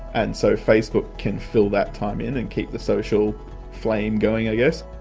and so facebook can fill that time in and keep the social flame going i guess.